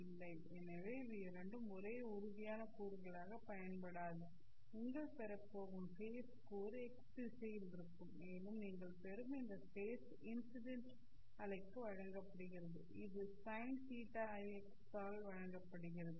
இல்லை எனவே இவை இரண்டும் ஒரே உறுதியான கூறுகளாகப் பயன்படாது நீங்கள் பெறப் போகும் ஃபேஸ் கூறு x திசையில் இருக்கும் மேலும் நீங்கள் பெறும் இந்த ஃபேஸ் இன்சிடெண்ட் அலைக்கு வழங்கப்படுகிறது இது Sin θix ஆல் வழங்கப்படுகிறது